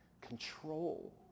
control